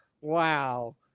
wow